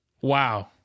Wow